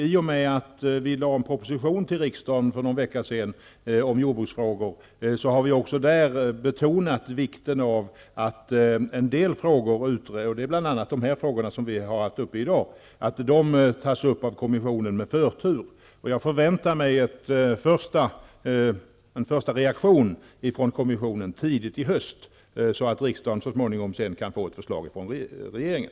I den proposition om jordbruksfrågor som regeringen för någon vecka sedan lade fram i riksdagen betonar vi vikten av att en del frågor, bl.a. de frågor vi har haft uppe i den här debatten i dag, tas upp av kommissionen med förtur. Jag förväntar mig en första reaktion från kommissionen tidigt i höst, så att riksdagen sedan så småningom kan få ett förslag från regeringen.